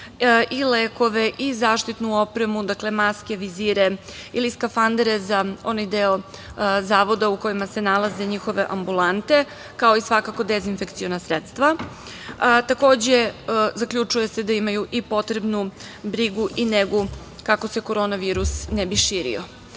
i lekove i zaštitnu opremu, dakle maske, vizire ili skafandere za onaj deo Zavoda u kojima se nalaze njihove ambulante kao i svakako dezinfekciona sredstva. Takođe, zaključuje se i da imaju i potrebnu brigu i negu kako se korona virus ne bi širio.U